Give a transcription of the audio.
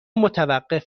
متوقف